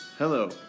Hello